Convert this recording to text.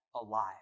alive